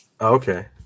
Okay